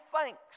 thanks